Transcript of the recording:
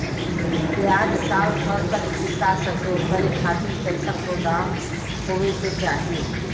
प्याज साल भर तक टीका सके ओकरे खातीर कइसन गोदाम होके के चाही?